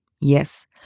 Yes